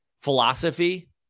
philosophy